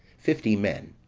fifty men,